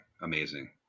Amazing